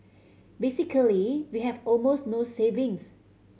basically we have almost no savings